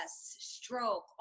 stroke